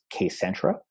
Kcentra